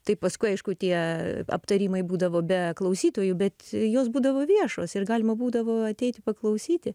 taip paskui aišku tie aptarimai būdavo be klausytojų bet jos būdavo viešos ir galima būdavo ateiti paklausyti